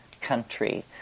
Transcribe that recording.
country